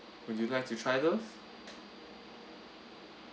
would you like to try those